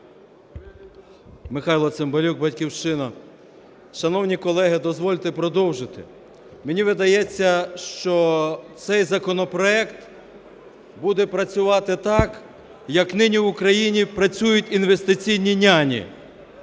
Михайло Цимбалюк, "Батьківщина". Шановні колеги, дозвольте продовжити. Мені видається, що цей законопроект буде працювати так, як нині в Україні працюють "інвестиційні няні".